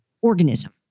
organism